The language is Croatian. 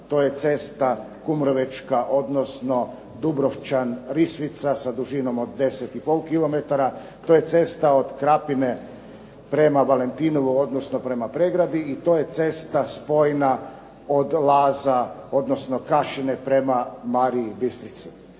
to je cesta Kumrovečka, odnosno Dubrovčan-Risvica sa dužinom od 10,5 km, to je cesta od Krapine prema Valentinovu, odnosno prema Pregradi i to je cesta spojena od Laza, odnosno Kašine prema Mariji Bistrici.